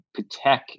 Patek